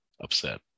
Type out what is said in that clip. upset